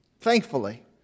thankfully